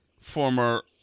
former